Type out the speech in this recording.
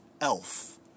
elf